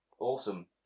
Awesome